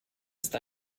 ist